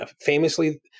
famously